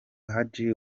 muhadjili